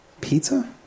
Pizza